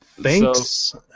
Thanks